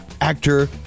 actor